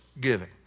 giving